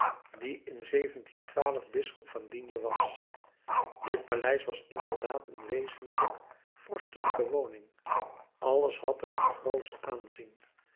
die in bisschop van d was dit paleis was inderdaad een wezenlijk vorstelijke woning alles had er een grootsch aanzien